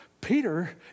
Peter